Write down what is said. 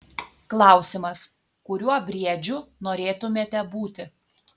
klausimas kuriuo briedžiu norėtumėte būti